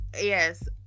Yes